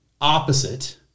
opposite